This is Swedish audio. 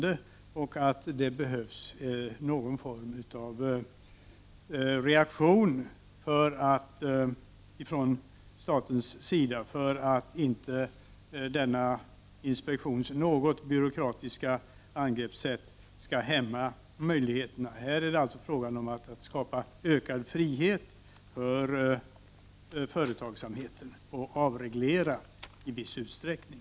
De tycker att det behövs någon form av reaktion från statens sida för att inspektionens ganska byråkratiska angreppssätt inte skall hämma möjligheterna. Här är det alltså fråga om att skapa ökad frihet för företagsamheten och att avreglera i viss utsträckning.